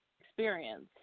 experience